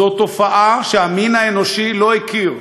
זו תופעה שהמין האנושי לא הכיר.